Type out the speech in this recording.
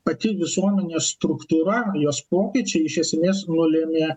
pati visuomenės struktūra jos pokyčiai iš esmės nulėmė